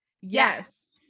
Yes